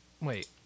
Wait